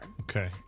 Okay